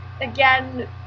again